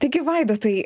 taigi vaidotai